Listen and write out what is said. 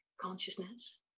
consciousness